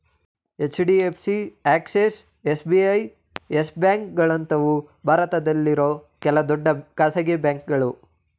HDFC, Axis, SBI, Yes ಬ್ಯಾಂಕ್ಗಳಂತವು ಭಾರತದಲ್ಲಿರೋ ಕೆಲ ದೊಡ್ಡ ಖಾಸಗಿ ಬ್ಯಾಂಕುಗಳು